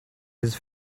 his